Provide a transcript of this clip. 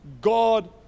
God